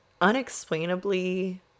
unexplainably